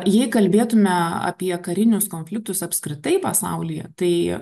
jei kalbėtume apie karinius konfliktus apskritai pasaulyje tai